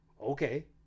okay